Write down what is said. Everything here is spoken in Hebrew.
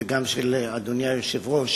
יחימוביץ, וגם של אדוני היושב-ראש.